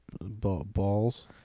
balls